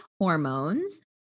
hormones